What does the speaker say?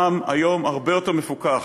העם היום הרבה יותר מפוכח,